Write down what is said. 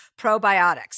probiotics